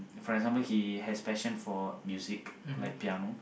for example he has passion for music like piano